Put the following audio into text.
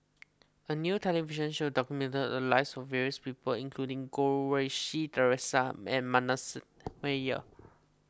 a new television show documented the lives of various people including Goh Rui Si theresa and Manasseh Meyer